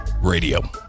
radio